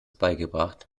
beigebracht